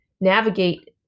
navigate